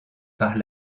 par